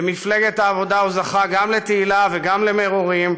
במפלגת העבודה הוא זכה גם לתהילה וגם למרורים.